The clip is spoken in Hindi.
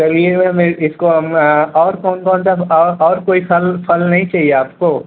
चलिए मैम इसको हम और कौन कौन सा और और कोई फल फल नहीं चाहिए आपको